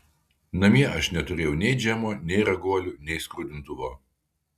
namie aš neturėjau nei džemo nei raguolių nei skrudintuvo